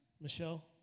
Michelle